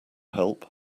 help